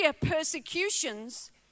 persecutions